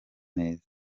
neza